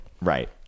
right